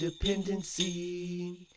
dependency